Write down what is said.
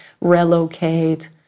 relocate